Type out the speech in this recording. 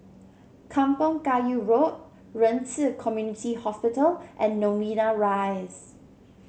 Kampong Kayu Road Ren Ci Community Hospital and Novena Rise